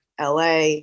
LA